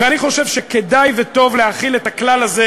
ואני חושב שכדאי וטוב להחיל את הכלל הזה